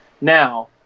Now